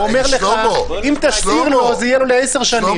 הוא אומר לך: אם תסיר לו, זה יהיה ל-10 שנים.